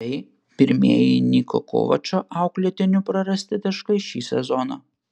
tai pirmieji niko kovačo auklėtinių prarasti taškai šį sezoną